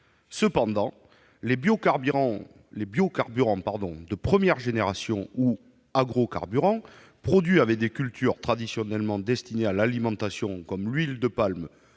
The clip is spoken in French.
Toutefois, les biocarburants de première génération, ou agrocarburants, qui sont produits à partir de cultures traditionnellement destinées à l'alimentation, comme l'huile de palme,